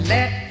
Let